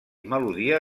melodia